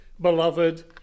beloved